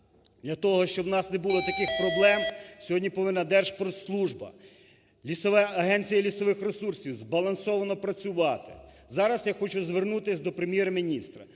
для того, щоб у нас не було таких проблем, сьогодні повинна Держпродслужба, Агенція лісових ресурсів збалансовано працювати. Зараз я хочу звернутись до Прем'єр-міністра